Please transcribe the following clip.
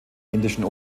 indischen